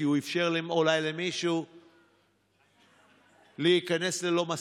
כי הוא אולי אפשר למישהו להיכנס ללא מסכה.